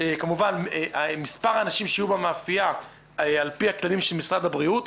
כמובן מספר האנשים שיהיו במאפייה זה על פי הכללים של משרד הבריאות,